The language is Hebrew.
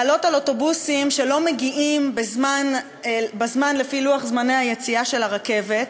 לעלות על אוטובוסים שלא מגיעים בזמן לפי לוח זמני היציאה של הרכבת,